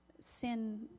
sin